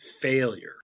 failure